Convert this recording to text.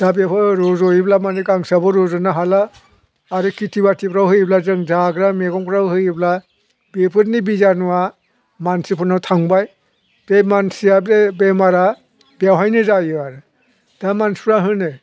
दा बेखौ रज'योब्ला माने गांसोआबो रज'नो हाला आरो खेथि बाथिफोराव होयोब्ला जों जाग्रा मैगंफ्राव होयोब्ला बेफोरनि बिजानुवा मानसिफोरनाव थांबाय बे मानसिया बे बेमारा बेवहायनो जायो आरो दा मानसिफोरा होनो